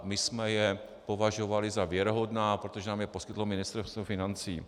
My jsme je považovali za věrohodná, protože nám je poskytlo Ministerstvo financí.